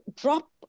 drop